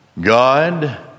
God